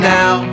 now